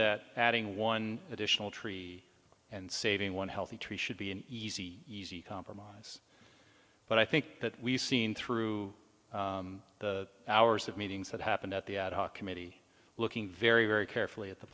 that adding one additional tree and saving one healthy tree should be an easy easy compromise but i think that we seen through the hours of meetings that happened at the ad hoc committee looking very very carefully at the